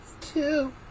two